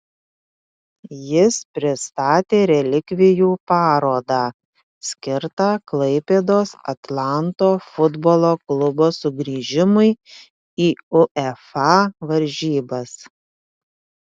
jis pristatė relikvijų parodą skirtą klaipėdos atlanto futbolo klubo sugrįžimui į uefa varžybas